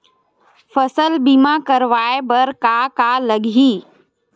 फसल बीमा करवाय बर का का लगही?